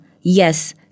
Yes